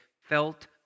felt